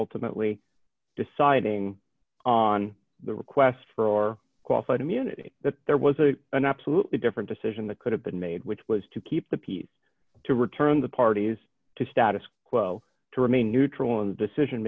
ultimately deciding on the request for or qualified immunity that there was a an absolutely different decision that could have been made which was to keep the peace to return the parties to status quo to remain neutral in the decision